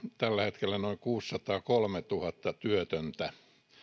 tällä hetkellä noin kuusisataakolmetuhatta työtöntä